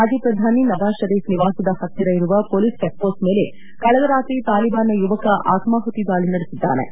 ಮಾಜಿ ಪ್ರಧಾನಿ ನವಾಜ್ಷರೀಫ್ ನಿವಾಸದ ಹತ್ತಿರ ಇರುವ ಪೊಲೀಸ್ ಚೆಕ್ಮೋಸ್ಟ್ ಮೇಲೆ ಕಳೆದ ರಾತ್ರಿ ತಾಲಿಬಾನ್ ನ ಯುವಕ ಆತ್ನಾಹುತಿ ದಾಳಿ ನಡೆಸಿದ್ದಾನೆ